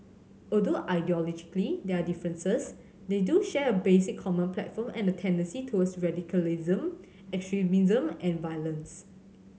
although ideologically there are differences they do share a basic common platform and a tendency towards radicalism extremism and violence